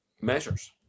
measures